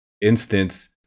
instance